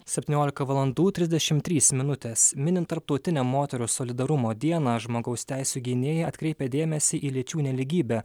septyniolika valandų trisdešimt trys minutės minint tarptautinę moterų solidarumo dieną žmogaus teisių gynėjai atkreipė dėmesį į lyčių nelygybę